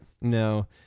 No